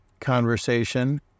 conversation